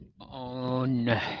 on